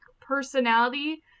personality